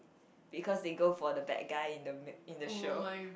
because they go for the bad guy in the mi~ in the show